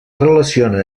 relaciona